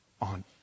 on